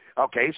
Okay